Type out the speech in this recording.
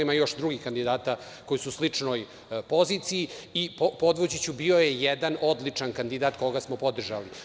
Ima još drugih kandidata koji su u sličnoj poziciji i podvući ću, bio je jedan odličan kandidat koga smo podržali.